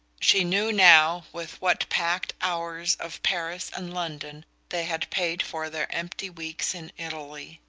she knew now with what packed hours of paris and london they had paid for their empty weeks in italy.